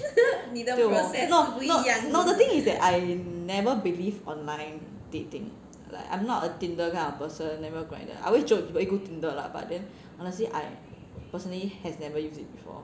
就 no no no the thing is I never believe online dating like I'm not a Tinder kind of person never Tinder I always joke eh go Tinder lah but then honestly I personally has never used it before